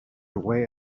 away